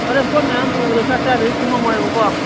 ꯐꯔꯦ ꯄꯣꯠ ꯃꯌꯥꯝ ꯄꯨꯕꯗꯣ ꯆꯥꯛ ꯆꯥꯗ꯭ꯔꯗꯤ ꯄꯨ ꯉꯝꯂꯣꯏꯕꯀꯣ